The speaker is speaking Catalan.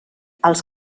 els